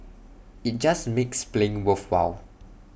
IT just makes playing worthwhile